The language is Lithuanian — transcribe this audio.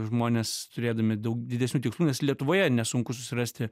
žmonės turėdami daug didesnių tikslų nes lietuvoje nesunku susirasti